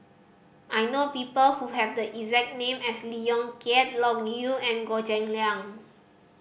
I know people who have the exact name as Lee Yong Kiat Loke Yew and Goh Cheng Liang